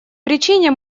причине